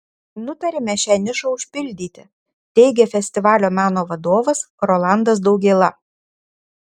nutarėme šią nišą užpildyti teigė festivalio meno vadovas rolandas daugėla